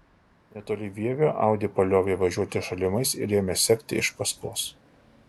netoli vievio audi paliovė važiuoti šalimais ir ėmė sekti iš paskos